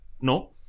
no